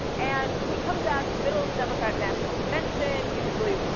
and he comes out. it's the middle of the democratic national convention. usually,